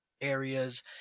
areas